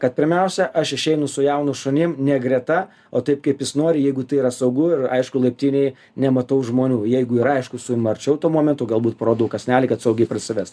kad pirmiausia aš išeinu su jaunu šunim ne greta o taip kaip jis nori jeigu tai yra saugu ir aišku laiptinėj nematau žmonių jeigu yra aišku suimu arčiau tuo momentu galbūt parodau kąsnelį kad saugiai prasives